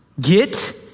Get